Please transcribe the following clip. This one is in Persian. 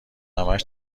همش